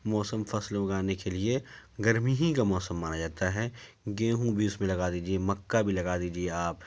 موسم فصل اگانے کے لیے گرمی ہی کا موسم مانا جاتا ہے گیہوں بھی اس میں لگا دیجیے مکا بھی لگا دیجیے آپ